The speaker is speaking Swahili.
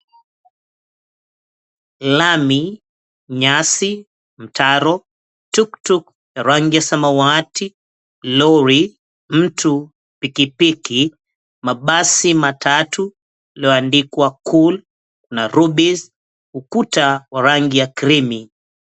Lami, nyasi, mtaro, tuktuk, rangi ya samawati,l ori, mtu, pikipiki, mabasi matatu yaliyoandikwa Cool na Rubis na ukuta wa rangi ya krimi .